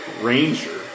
Ranger